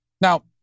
Now